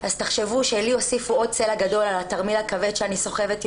אז תחשבו שלי הוסיפו סלע גדול על התרמיל הכבד שאני סוחבת יום-יום.